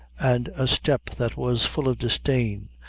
and a step that was full of disdain,